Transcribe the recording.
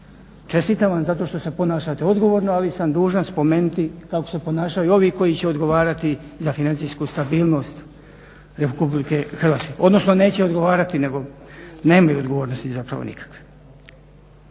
Čestitam vam zato što se ponašate odgovorno, ali sam dužan spomenuti kako se ponašaju ovi koji će odgovarati za financijsku stabilnost Republike Hrvatske, odnosno neće odgovarati nego nemaju odgovornosti zapravo nikakve.